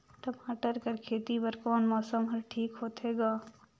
टमाटर कर खेती बर कोन मौसम हर ठीक होथे ग?